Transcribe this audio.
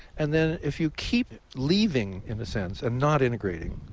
and then if you keep leaving in a sense and not integrating,